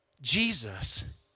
Jesus